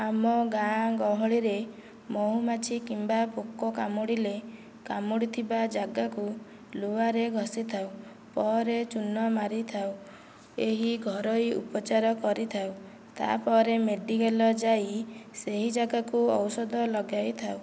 ଆମ ଗାଁ ଗହଳିରେ ମହୁମାଛି କିମ୍ବା ପୋକ କାମୁଡ଼ିଲେ କାମୁଡ଼ିଥିବା ଜାଗାକୁ ଲୁହାରେ ଘସିଥାଉ ପରେ ଚୁନ ମାରିଥାଉ ଏହି ଘରୋଇ ଉପଚାର କରିଥାଉ ତାପରେ ମେଡ଼ିକାଲ ଯାଇ ସେହି ଜାଗାକୁ ଔଷଧ ଲଗାଇଥାଉ